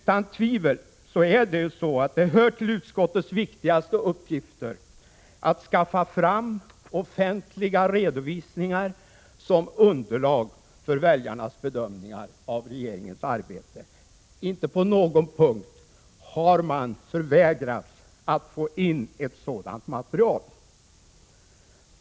Det hör utan tvivel till utskottets viktigaste uppgifter att skaffa fram offentliga redovisningar som underlag för väljarnas bedömning av regeringens arbete. Inte på någon punkt har man förvägrats att få in ett sådant material.